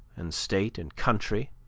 and state, and country,